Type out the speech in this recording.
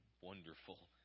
wonderful